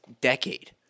decade